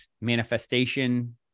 manifestation